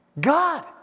God